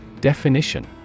Definition